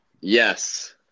Yes